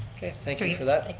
thank ah you for that.